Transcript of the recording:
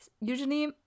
usually